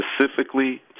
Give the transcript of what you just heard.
specifically